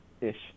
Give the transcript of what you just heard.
ish